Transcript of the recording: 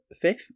fifth